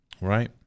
Right